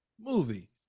movie